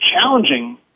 challenging